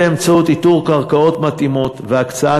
באמצעות איתור קרקעות מתאימות והקצאת